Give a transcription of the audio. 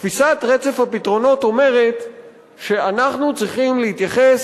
תפיסת רצף הפתרונות אומרת שאנחנו צריכים להתייחס